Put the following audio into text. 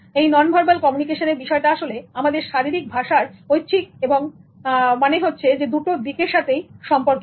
এই non verbal কমিউনিকেশনের বিষয়টা আসলে আমাদের শারীরিক ভাষার ঐচ্ছিক এবং মনে হচ্ছে দুটি দিকের সাথেই সম্পর্কিত